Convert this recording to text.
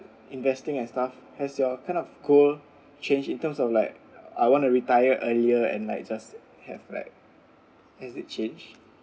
investing and stuff has your kind of goal change in terms of like I want to retire earlier and like just have like has it changed